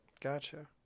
Gotcha